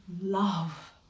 love